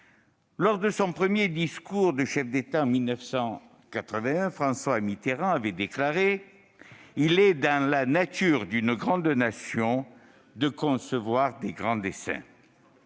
Lors de son premier discours de chef d'État, en 1981, François Mitterrand avait déclaré :« Il est dans la nature d'une grande Nation de concevoir de grands desseins.